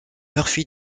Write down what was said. murphy